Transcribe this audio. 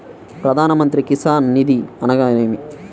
ప్రధాన మంత్రి కిసాన్ నిధి అనగా నేమి?